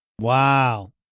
Wow